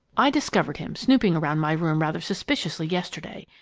i discovered him snooping around my room rather suspiciously yesterday.